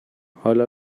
حالا